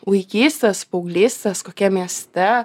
vaikystės paauglystės kokiam mieste